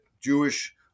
Jewish